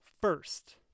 First